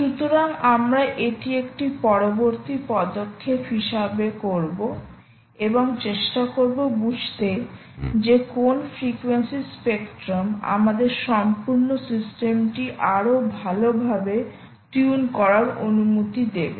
সুতরাং আমরা এটি একটি পরবর্তী পদক্ষেপ হিসাবে করব এবং চেষ্টা করব বুঝতে যে কোন ফ্রিকোয়েন্সি স্পেক্ট্রাম আমাদের সম্পূর্ণ সিস্টেমটি আরও ভালভাবে টিউনকরার অনুমতি দেবে